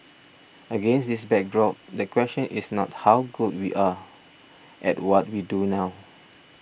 against this backdrop the question is not how good we are at what we do now